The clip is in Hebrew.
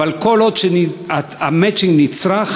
אבל כל עוד המצ'ינג נצרך,